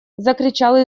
закричал